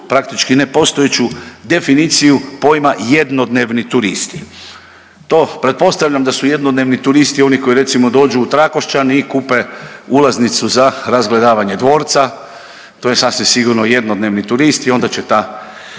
praktički nepostojeću definiciju pojma „jednodnevni turisti“. To pretpostavljam da su jednodnevni turisti oni koji recimo dođu u Trakošćan i kupe ulaznicu za razgledavanje dvorca, to je sasvim sigurno jednodnevni turist i onda će ta